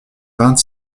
vingt